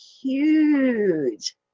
huge